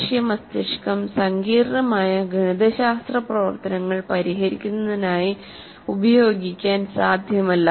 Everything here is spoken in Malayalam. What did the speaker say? മനുഷ്യ മസ്തിഷ്കം സങ്കീർണ്ണമായ ഗണിതശാസ്ത്ര പ്രവർത്തനങ്ങൾ പരിഹരിക്കുന്നതിനായി ഉപയോഗിക്കാൻ സാധ്യമല്ല